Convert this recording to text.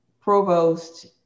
provost